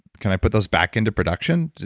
can i put those back into production?